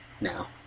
now